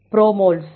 ப்ரோமோல்ஸ்